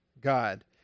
God